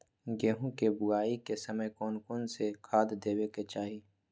गेंहू के बोआई के समय कौन कौन से खाद देवे के चाही?